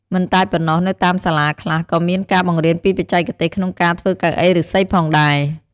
មិនតែប៉ុណ្ណោះ នៅតាមសាលាខ្លះ ក៏មានការបង្រៀនពីបច្ចេកទេសក្នងការធ្វើកៅអីឫស្សីផងដែរ។